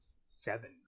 Seven